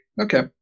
okay